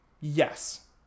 yes